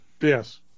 Yes